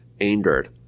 angered